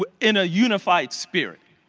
ah in a unified spirit.